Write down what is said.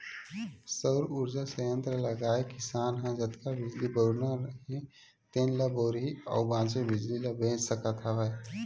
सउर उरजा संयत्र लगाए किसान ह जतका बिजली बउरना हे तेन ल बउरही अउ बाचे बिजली ल बेच सकत हवय